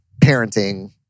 parenting